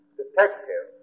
detective